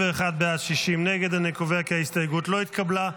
51 בעד, 60 נגד, אני קובע כי ההסתייגות לא התקבלה.